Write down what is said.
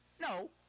No